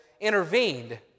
intervened